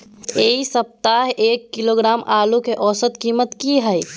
ऐ सप्ताह एक किलोग्राम आलू के औसत कीमत कि हय?